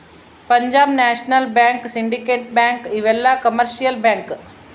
Punjab national bank syndicate bank ಇವೆಲ್ಲ commercial bank